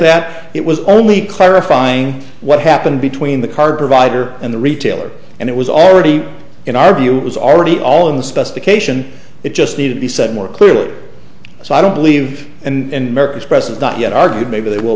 that it was only clarifying what happened between the card provider and the retailer and it was already in our view was already all in the specification it just needed the said more clearly so i don't believe and its presence not yet argued maybe that will